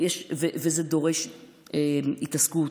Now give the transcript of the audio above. וזה דורש התעסקות.